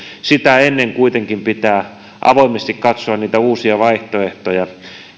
sitä ennen kuitenkin pitää avoimesti katsoa niitä uusia vaihtoehtoja